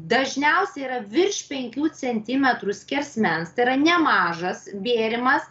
dažniausiai yra virš penkių centimetrų skersmens tai yra nemažas bėrimas